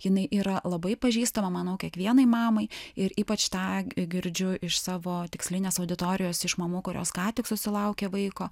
jinai yra labai pažįstama manou kiekvienai mamai ir ypač tą girdžiu iš savo tikslinės auditorijos iš mamų kurios ką tik susilaukė vaiko